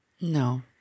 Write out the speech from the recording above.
No